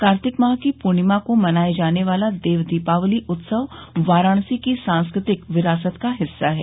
कार्तिक माह की पूर्णिमा को मनाये जाने वाला देव दीपावली उत्सव वाराणसी की सांस्कृतिक विरासत का हिस्सा है